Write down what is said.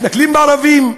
מתנכלים לערבים,